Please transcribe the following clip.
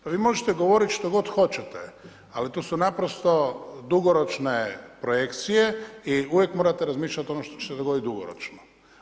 Pa vi možete govoriti što god hoćete ali to su naprosto dugoročne projekcije i uvijek morate razmišljati ono što će se dogoditi dugoročno.